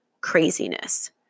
craziness